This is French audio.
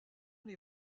les